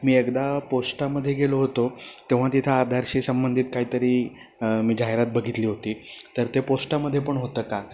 मी एकदा पोस्टामध्ये गेलो होतो तेव्हा तिथं आधारशी संबंधित काहीतरी मी जाहिरात बघितली होती तर ते पोस्टामध्ये पण होतं का